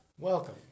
Welcome